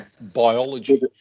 biology